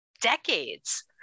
decades